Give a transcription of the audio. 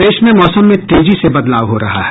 प्रदेश में मौसम में तेजी से बदलाव हो रहा है